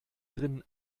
drinnen